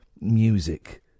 music